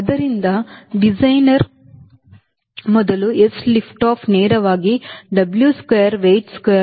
ಆದ್ದರಿಂದ ಡಿಸೈನರ್ ಮೊದಲು s lift off ನೇರವಾಗಿ W square weight square